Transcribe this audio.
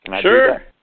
Sure